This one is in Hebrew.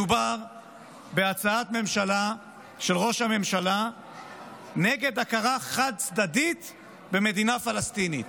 מדובר בהצעת ממשלה של ראש הממשלה נגד הכרה חד-צדדית במדינה פלסטינית.